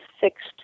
fixed